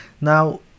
now